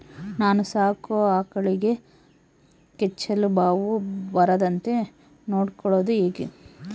ನಾನು ಸಾಕೋ ಆಕಳಿಗೆ ಕೆಚ್ಚಲುಬಾವು ಬರದಂತೆ ನೊಡ್ಕೊಳೋದು ಹೇಗೆ?